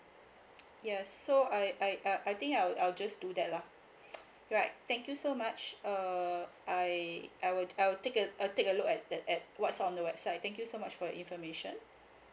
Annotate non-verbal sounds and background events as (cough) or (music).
ya so I I I I think I'll I'll just do that lah (noise) right thank you so much uh I I will I will take a uh take a look at that at what's on the website thank you so much for your information